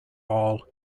all